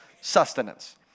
sustenance